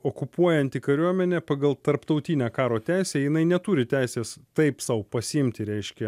okupuojanti kariuomenė pagal tarptautinę karo teisę jinai neturi teisės taip sau pasiimti reiškia